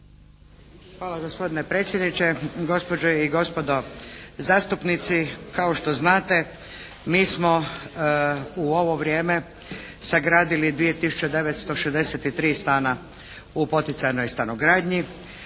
Hvala gospodine predsjedniče. Gospođe i gospodo zastupnici kao što znate mi smo u ovo vrijeme sagradili 2963 stana u poticajnoj stanogradnji.